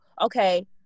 okay